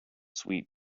sweet